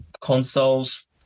consoles